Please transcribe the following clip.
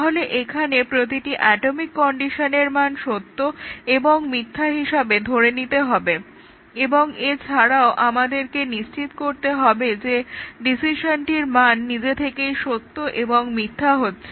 তাহলে এখানে প্রতিটি অ্যাটমিক কন্ডিশনের মান সত্য এবং মিথ্যা হিসেবে ধরে নিতে হবে এবং এছাড়াও আমাদেরকে নিশ্চিত করতে হবে যে ডিসিশনটির মান নিজে থেকেই সত্য এবং মিথ্যা হচ্ছে